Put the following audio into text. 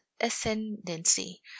ascendancy